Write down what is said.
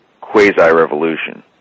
quasi-revolution